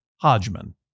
Hodgman